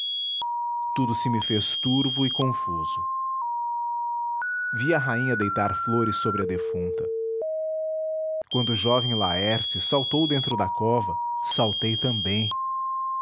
tudo se me fez turvo e confuso vi a rainha deitar flores sobre a defunta quando o jovem laertes saltou dentro da cova saltei também